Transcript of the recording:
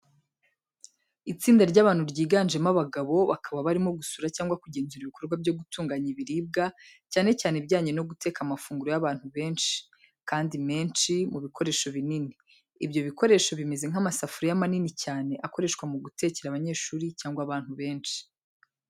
Itsinda ry'abantu ryiganjemo abagabo, bakaba barimo gusura cyangwa kugenzura ibikorwa byo gutunganya ibiribwa, cyane cyane ibijyanye no guteka amafunguro y'abantu benshi, kandi menshi mu bikoresho binini. Ibyo bikoresho bimeze nk'amasafuriya manini cyane, akoreshwa mu gutekera abanyeshuri cyangwa abantu benshi.